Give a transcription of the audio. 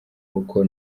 uko